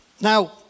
Now